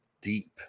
deep